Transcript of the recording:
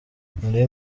nari